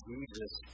Jesus